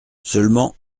seulement